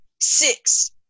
Six